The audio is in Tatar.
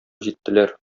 җиттеләр